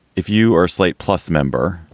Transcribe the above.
if you are a slate plus member,